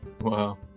Wow